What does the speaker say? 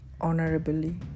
honorably